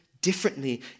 differently